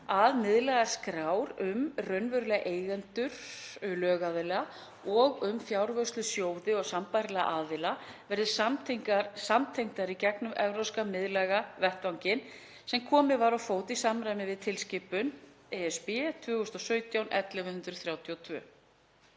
að miðlægar skrár um raunverulega eigendur lögaðila og um fjárvörslusjóði og sambærilega aðila verði samtengdar í gegnum evrópska miðlæga vettvanginn sem komið var á fót í samræmi við tilskipun (ESB) 2017/1132.